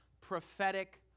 prophetic